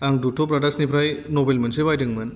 आं दत्त ब्राडार्सनिफ्राय नभेल मोनसे बायदोंमोन